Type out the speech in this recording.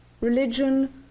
religion